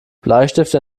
bleistifte